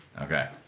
Okay